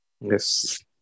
Yes